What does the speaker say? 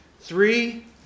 three